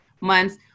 months